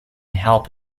help